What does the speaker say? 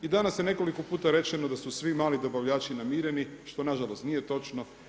I danas je nekoliko puta rečeno da su svi mali dobavljači namireni što na žalost nije točno.